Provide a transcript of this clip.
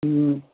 હં